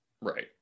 Right